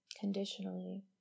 conditionally